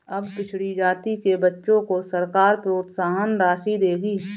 अब पिछड़ी जाति के बच्चों को सरकार प्रोत्साहन राशि देगी